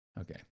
Okay